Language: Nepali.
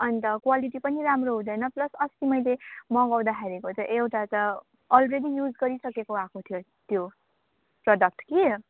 अन्त क्वालिटी पनि राम्रो हुँदैन प्लस अस्ति मैले मगाउँदाखेरि चाहिँ अलरेडी युज गरिसकेको आएको थियो त्यो प्रडक्ट कि